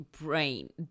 brain